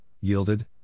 yielded